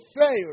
fail